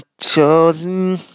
chosen